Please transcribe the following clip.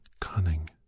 cunning